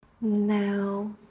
Now